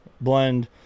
blend